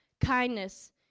kindness